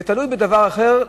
זה תלוי בדבר אחר,